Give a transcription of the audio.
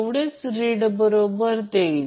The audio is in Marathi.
म्हणून 2067 वॅट हे उत्तर आहे